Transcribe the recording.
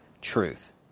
truth